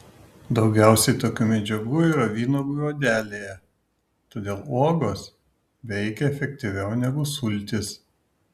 daugiausiai tokių medžiagų yra vynuogių odelėje todėl uogos veikia efektyviau negu sultys